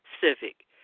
civic